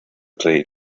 rey